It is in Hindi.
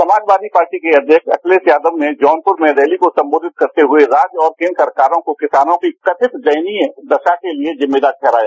समाजवादी पार्टी के अध्यक्ष अखिलेश यादव ने जौनपुर में रैली को संबोधित करते हुए राज्य और केंद्र सरकारों को किसानों की कथित दयनीय दशा के लिए जिम्मेदार ठहराया